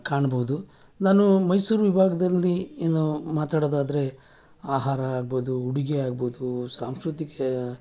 ಕಾಣ್ಬೋದು ನಾನು ಮೈಸೂರು ವಿಭಾಗದಲ್ಲಿ ಏನು ಮಾತಾಡೋದಾದರೆ ಆಹಾರ ಆಗ್ಬೋದು ಉಡುಗೆ ಆಗ್ಬೋದು ಸಾಂಸ್ಕೃತಿಕ